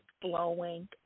flowing